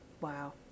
Wow